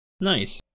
nice